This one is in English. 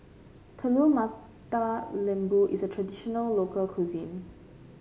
Telur Mata Lembu is a traditional local cuisine